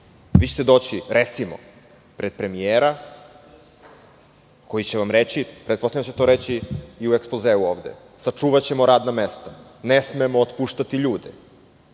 vi ćete doći, recimo, pred premijera koji će vam reći, pretpostavljam da će to reći i u ekspozeu ovde – sačuvaćemo radna mesta, ne smemo otpuštati ljude,